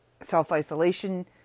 self-isolation